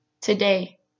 today